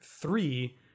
three